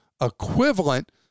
equivalent